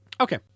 Okay